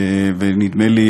ונדמה לי,